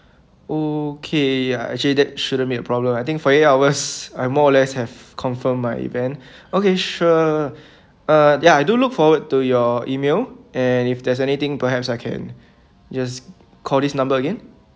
okay uh I actually that shouldn't be a problem I think forty eight hours I more or less have confirmed my event okay sure uh ya I do look forward to your email and if there's anything perhaps I can just call this number again